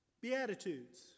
beatitudes